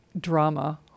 drama